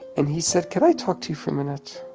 and he said, could i talk to you for a minute?